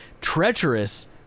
Treacherous